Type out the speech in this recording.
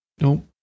Nope